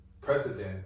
precedent